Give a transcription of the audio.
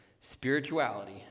spirituality